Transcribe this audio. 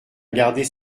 garder